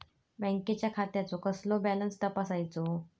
बँकेच्या खात्याचो कसो बॅलन्स तपासायचो?